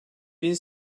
bin